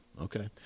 Okay